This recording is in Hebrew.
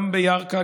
גם בירכא,